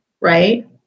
right